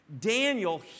Daniel